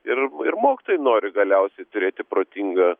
ir ir mokytojai nori galiausiai turėti protingą